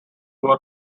war